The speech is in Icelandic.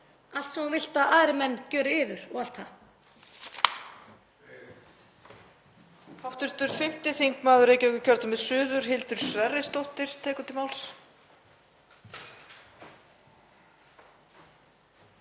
Allt sem þú vilt að aðrir menn gjöri yður og allt það.